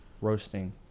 roasting